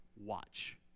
watch